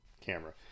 camera